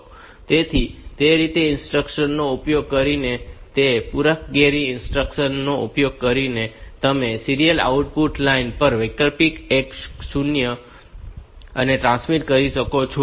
તેથી તે રીતે ઇન્સ્ટ્રક્શન્સ નો ઉપયોગ કરીને અને તે પૂરક કેરી ઇન્સ્ટ્રક્શન નો ઉપયોગ કરીને તમે સીરીયલ આઉટપુટ લાઇન પર વૈકલ્પિક એક અને શૂન્ય ટ્રાન્સમિટ કરી શકો છો